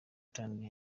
thandi